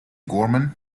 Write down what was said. gorman